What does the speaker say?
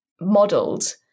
modeled